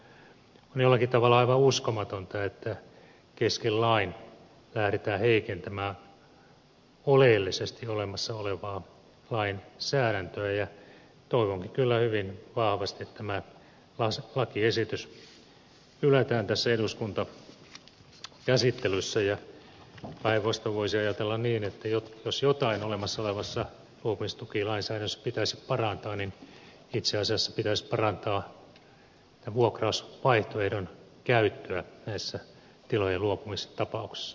on jollakin tavalla aivan uskomatonta että kesken lain lähdetään heikentämään oleellisesti olemassa olevaa lainsäädäntöä ja toivonkin kyllä hyvin vahvasti että tämä lakiesitys hylätään tässä eduskuntakäsittelyssä ja päinvastoin voisi ajatella niin että jos jotain olemassa olevassa luopumistukilainsäädännössä pitäisi parantaa niin itse asiassa pitäisi parantaa vuokrausvaihtoehdon käyttöä näissä tilojen luopumistapauksissa